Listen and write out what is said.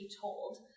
told